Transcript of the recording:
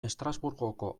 estrasburgoko